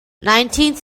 nineteenth